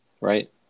right